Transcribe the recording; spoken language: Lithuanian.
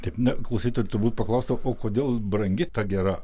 taip na klausytojai turbūt paklaustų o kodėl brangi ta gera